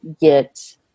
get